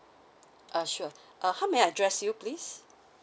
uh sure uh how may I address you pelase